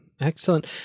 Excellent